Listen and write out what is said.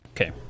Okay